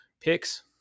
picks